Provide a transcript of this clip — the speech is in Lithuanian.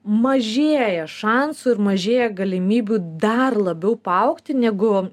mažėja šansų ir mažėja galimybių dar labiau paaugti negu